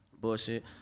Bullshit